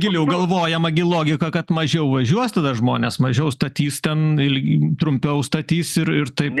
giliau galvojama gi logika kad mažiau važiuos tada žmonės mažiau statys ten il trumpiau statys ir ir taip